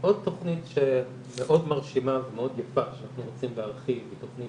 עוד תכנית מאוד מרשימה ומאוד יפה שאנחנו רוצים להרחיב היא תכנית